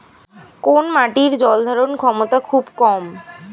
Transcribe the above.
কোন মাটির জল ধারণ ক্ষমতা খুব কম?